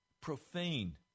profane